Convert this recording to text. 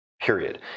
Period